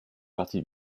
partie